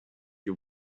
you